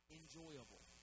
enjoyable